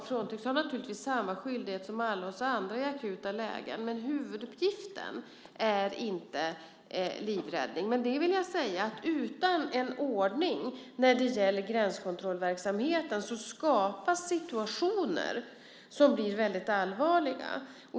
Frontex har naturligtvis samma skyldighet som alla andra i akuta lägen, men huvuduppgiften är inte livräddning. Men utan en ordning när det gäller gränskontrollverksamheten skapas situationer som blir väldigt allvarliga.